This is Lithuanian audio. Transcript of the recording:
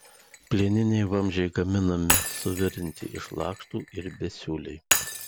plieniniai vamzdžiai gaminami suvirinti iš lakštų ir besiūliai